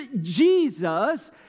Jesus